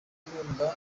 inkunga